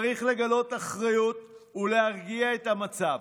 צריך לגלות אחריות ולהרגיע את המצב,